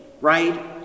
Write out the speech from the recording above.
right